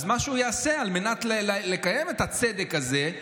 אז מה שהוא יעשה על מנת לקיים את הצדק הזה,